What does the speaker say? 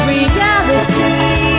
Reality